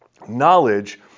Knowledge